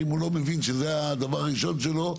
אם הוא לא מבין שזה הדבר הראשון שלו,